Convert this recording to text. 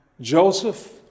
Joseph